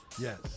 Yes